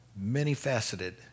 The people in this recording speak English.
Many-faceted